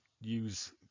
use